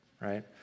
right